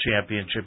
championship